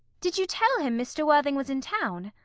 did you tell him mr. worthing was in town?